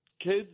kids